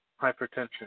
Hypertension